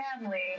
family